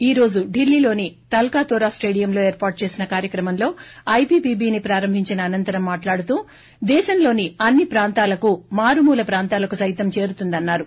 ఈ రోజు ఢిల్లీలోని తల్కతోరా స్లేడియంలో ఏర్పాటు చేసిన కార్చక్రమంలో ఐపీపీచీని ప్రారంభించిన అనంతరం మాట్లాడుతూ దేశంలోని అన్ని ప్రాంతాలకు మారుమూల ప్రాంతాలకు సైతం చేరుతుందన్నారు